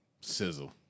Sizzle